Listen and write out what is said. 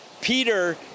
Peter